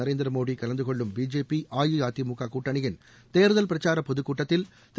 நரேந்திர மோடி கலந்து கொள்ளும் பிஜேபி அஇஅதிமுக கூட்டணியின் தேர்தல் பிரச்சார பொதுக்கூட்டத்தில் திரு